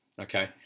Okay